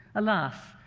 alas,